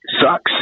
sucks